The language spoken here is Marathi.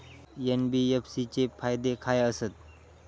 एन.बी.एफ.सी चे फायदे खाय आसत?